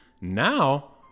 Now